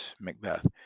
Macbeth